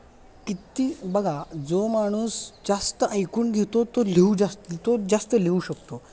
किती बघा जो माणूस जास्त ऐकून घेतो तो लिहू जास्त तोच जास्त लिहू शकतो